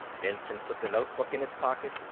benson put the notebook in his pocket,